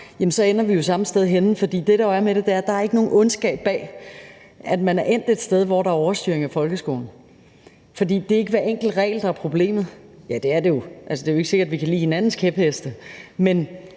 så ender vi jo samme sted henne. For det, der jo er med det, er, at der ikke er nogen ondskab bag, at man er endt et sted, hvor der er overstyring af folkeskolen. For det er ikke hver enkelt regel, der er problemet – ja, det er det jo, for det er ikke sikkert, at vi kan lide hinandens kæpheste – men